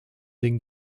den